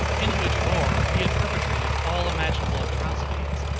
in which war he had perpetrated all imaginable atrocities,